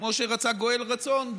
כמו שרצה גואל רצון,